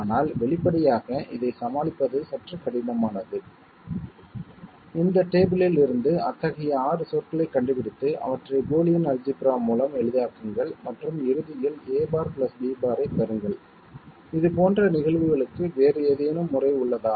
ஆனால் வெளிப்படையாக இதைச் சமாளிப்பது சற்று கடினமானது இந்த டேபிள் இல் இருந்து அத்தகைய 6 சொற்களைக் கண்டுபிடித்து அவற்றை பூலியன் அல்ஜிப்ரா மூலம் எளிதாக்குங்கள் மற்றும் இறுதியில் a' b' ஐப் பெறுங்கள் இது போன்ற நிகழ்வுகளுக்கு வேறு ஏதேனும் முறை உள்ளதா